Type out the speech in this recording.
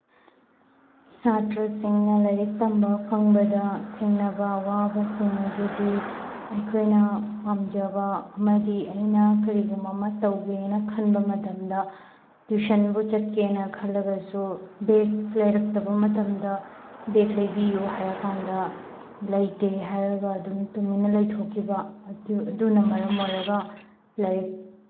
ꯁꯥꯇ꯭ꯔꯁꯤꯡꯅ ꯂꯥꯏꯔꯤꯛ ꯇꯝꯕ ꯐꯪꯕꯗ ꯊꯦꯡꯅꯕ ꯑꯋꯥꯕꯁꯤꯡ ꯑꯗꯨꯗꯤ ꯑꯩꯈꯣꯏꯅ ꯄꯥꯝꯖꯕ ꯑꯃꯗꯤ ꯑꯩꯅ ꯀꯔꯤꯒꯨꯝꯕ ꯑꯃ ꯇꯧꯒꯦ ꯍꯥꯏꯅ ꯈꯟꯕ ꯃꯇꯝꯗ ꯇ꯭ꯌꯨꯁꯟꯕꯨ ꯆꯠꯀꯦꯅ ꯈꯜꯂꯒꯁꯨ ꯕꯦꯒ ꯂꯩꯔꯛꯇꯕ ꯃꯇꯝꯗ ꯕꯦꯒ ꯂꯩꯕꯤꯌꯨ ꯍꯥꯏꯔꯀꯥꯟꯗ ꯂꯩꯇꯦ ꯍꯥꯏꯔꯒ ꯑꯗꯨꯝ ꯇꯨꯃꯤꯟꯅ ꯂꯩꯊꯣꯛꯈꯤꯕ ꯑꯗꯨꯅ ꯃꯔꯝ ꯑꯣꯏꯔꯒ ꯂꯥꯏꯔꯤꯛ